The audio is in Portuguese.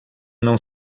não